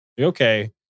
okay